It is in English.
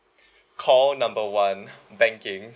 call number one banking